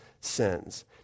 sins